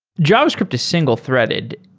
javascript is single-threaded.